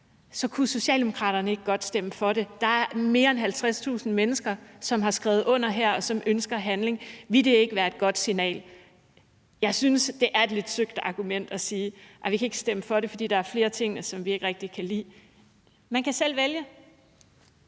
Så kunne Socialdemokraterne ikke godt stemme for det? Der er mere end 50.000 mennesker, som har skrevet under her, og som ønsker handling. Ville det ikke være et godt signal? Jeg synes, det er et lidt søgt argument at sige, at man ikke kan stemme for det, fordi der er flere af tingene, som vi ikke rigtig kan lide – man kan selv vælge.